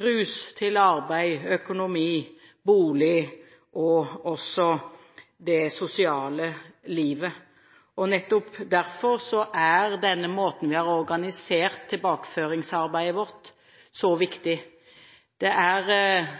rus, arbeid, økonomi, bolig og også det sosiale livet. Nettopp derfor er denne måten vi har organisert tilbakeføringsarbeidet vårt på, så viktig. Det er